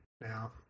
now